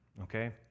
okay